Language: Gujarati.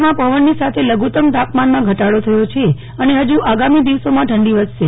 રાજ્યમાં પવનની સાથે લાગુત્તમ તાપમાનમાં ઘટાડો થયો છે અને ફજુ આગામી દિવસોમાં ઠંડી વધશે